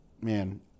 man